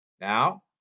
Now